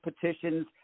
petitions